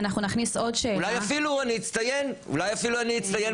אולי אפילו אני אצטיין מחלקתית,